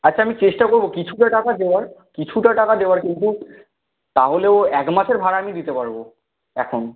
আচ্ছা আমি চেষ্টা করব কিছুটা টাকা দেওয়ার কিছুটা টাকা দেওয়ার কিন্তু তাহলেও এক মাসের ভাড়া আমি দিতে পারব এখন